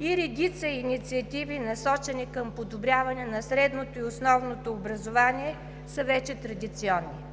и редица инициативи, насочени към подобряване на средното и основното образование, са вече традиционни.